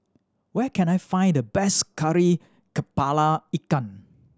where can I find the best Kari Kepala Ikan